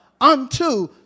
unto